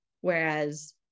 Whereas